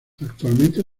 actualmente